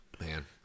Man